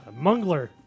Mungler